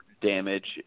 damage